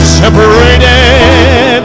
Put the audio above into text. separated